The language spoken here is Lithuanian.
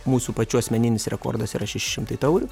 mūsų pačių asmeninis rekordas yra šeši šimtai taurių